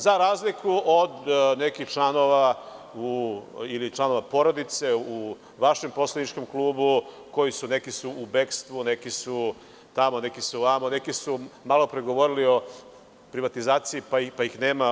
Za razliku od nekih članova ili članova porodice u vašem poslaničkom klubu, neki su u bekstvu, neki su tamo, neki su vamo, neku su malopre govorili o privatizaciji, pa ih nema.